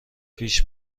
پیش